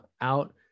out